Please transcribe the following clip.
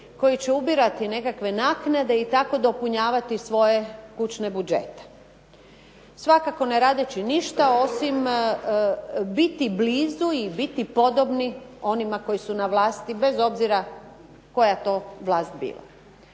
koji će ubirati nekakve naknade i tako dopunjavati svoje kućne budžete. Svakako ne radeći ništa, osim biti blizu i biti podobni onima koji su na vlasti bez obzira koja to vlast bila.